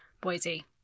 Boise